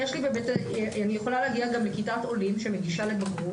אני יכולה להגיע גם לכיתת עולים שמגישה לבגרות